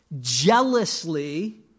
jealously